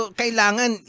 kailangan